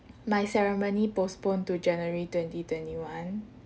my ceremony postponed to january twenty twenty one